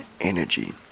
energy